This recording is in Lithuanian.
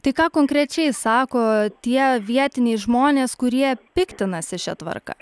tai ką konkrečiai sako tie vietiniai žmonės kurie piktinasi šia tvarka